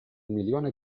milione